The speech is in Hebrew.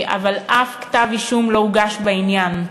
אבל אף כתב אישום לא הוגש בעניין.